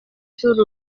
z’uru